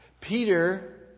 Peter